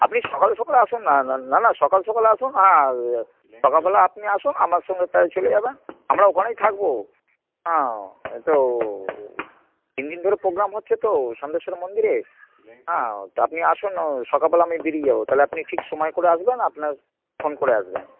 আপনি সকালে সকালে আসুন না না না না সকাল সকালে আসুন হ্যাঁ সকালবেলা আপনি আসুন আমার সঙ্গে তাই চলে যাবেন আমরা ওখানেই থাকবো হ্যাঁ তো তিন দিন ধরে পোগ্রাম হচ্ছে তো সন্দেশ্বর মন্দিরে হ্যাঁ তো আপনি আসুন সকালবেলা আমি বেরিয়ে যাব তাহলে আপনি ঠিক সময় করে আসবেন আপনার ফোন করে আসবেন